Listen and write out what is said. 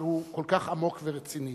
אבל הוא כל כך עמוק ורציני,